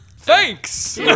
Thanks